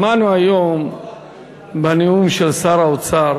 שמענו היום בנאום של שר האוצר